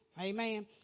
Amen